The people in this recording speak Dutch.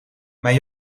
mijn